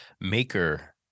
maker